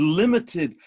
limited